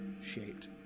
shaped